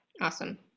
Awesome